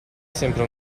sempre